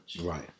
Right